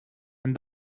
and